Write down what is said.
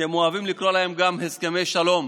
שהם אוהבים לקרוא להם גם הסכמי שלום,